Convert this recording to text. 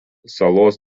salos